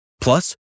Plus